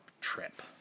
trip